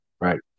right